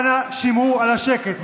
אנא שמרו על השקט.